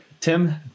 Tim